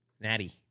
Natty